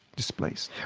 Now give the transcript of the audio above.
displaced.